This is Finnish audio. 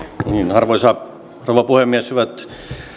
arvoisa rouva puhemies hyvät